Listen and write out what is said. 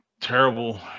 terrible